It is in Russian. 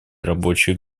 рабочие